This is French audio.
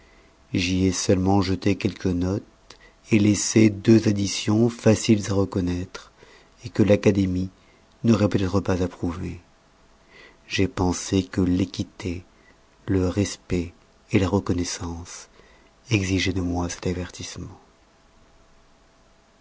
j'y ai seulement jetté quelques notes laissé deux additions faciles à reconnoître que l'académie n'auroit peut-être pas approuvées j'ai pensé que l'équité le respect la reconnoissance exigeoient de moi cet avertissement